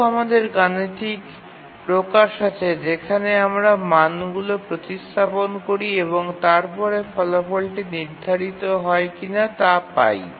আরও আমাদের গাণিতিক প্রকাশ আছে যেখানে আমরা মানগুলি প্রতিস্থাপন করি এবং তারপরে ফলাফলটি নির্ধারিত হয় কিনা তা পাই